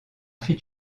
fit